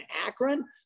Akron